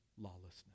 lawlessness